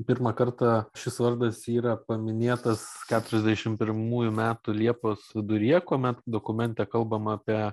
pirmą kartą šis vardas yra paminėtas keturiasdešim pirmųjų metų liepos viduryje kuomet dokumente kalbama apie